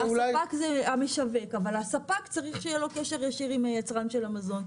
הספק זה המשווק אבל הספק צריך שיהיה לו קשר ישיר עם היצרן של המזון.